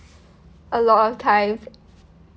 a lot of time